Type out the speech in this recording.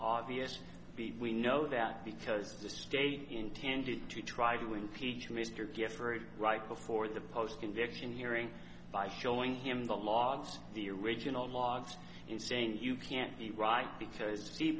obvious we know that because the state intended to try to impeach mr geoffrey right before the post conviction hearing by showing him the logs the original logs and saying you can't be right because